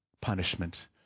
punishment